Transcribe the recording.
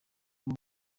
rw’u